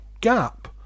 gap